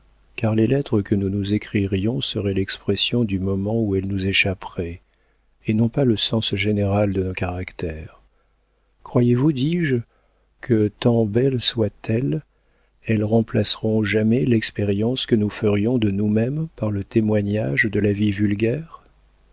car les lettres que nous nous écririons seraient l'expression du moment où elles nous échapperaient et non pas le sens général de nos caractères croyez-vous dis-je que tant belles soient elles elles remplaceront jamais l'expression que nous ferions de nous-mêmes par le témoignage de la vie vulgaire